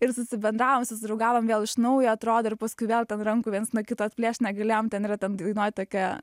ir susibendravom susidraugavom vėl iš naujo atrodė ir paskui vėl ten rankų viens nuo kito atplėšt negalėjom tai ten yra ten dainoj tokie